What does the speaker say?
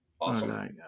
Awesome